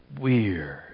weird